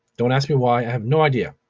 don't ask me why, i have no idea.